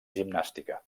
gimnàstica